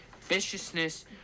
viciousness